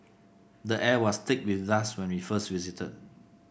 the air was thick with dust when we first visited